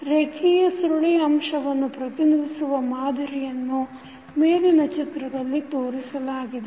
ರೇಖಿಯ ಸುರುಳಿ ಅಂಶವನ್ನು ಪ್ರತಿನಿಧಿಸುವ ಮಾದರಿಯನ್ನು ಮೇಲಿನ ಚಿತ್ರದಲ್ಲಿ ತೋರಿಸಲಾಗಿದೆ